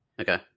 Okay